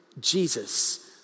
Jesus